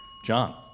John